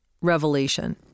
revelation